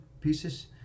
pieces